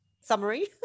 summary